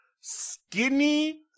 skinny